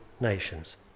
nations